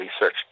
research